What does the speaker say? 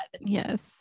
Yes